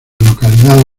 localidades